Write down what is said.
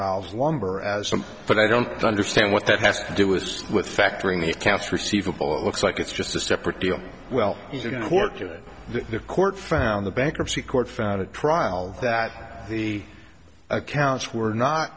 ailes lumber as some but i don't understand what that has to do is with factoring the accounts receivable it looks like it's just a separate deal well is it in a court or the court found the bankruptcy court found a trial that the accounts were not